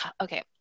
Okay